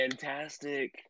fantastic